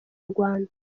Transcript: rwanda